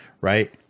right